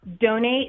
Donate